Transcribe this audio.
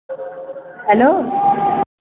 hello